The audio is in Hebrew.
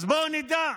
אז בואו נדע,